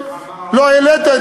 לא העלית,